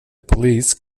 police